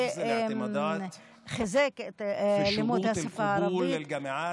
שחיזק את לימוד השפה הערבית,